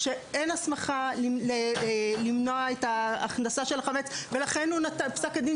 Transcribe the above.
אין הסמכה למנוע את ההכנסה של החמץ ולכן פסק הדין